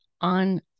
on